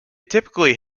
typically